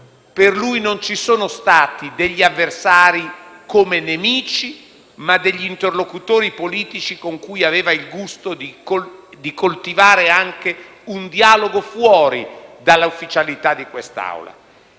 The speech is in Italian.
Per lui non ci sono stati degli avversari come nemici, ma degli interlocutori politici con cui aveva il gusto di coltivare anche un dialogo fuori dalla ufficialità di quest'Assemblea.